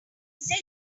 say